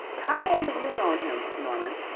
how long have you known him, norman?